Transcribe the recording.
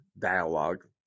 dialogue